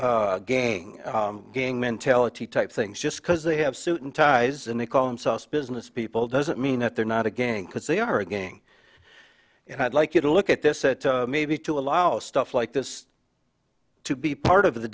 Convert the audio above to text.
gang mentality type things just because they have suit and ties and they call themselves business people doesn't mean that they're not a gang because they are again and i'd like you to look at this that maybe to allow stuff like this to be part of the